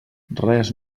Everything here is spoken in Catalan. res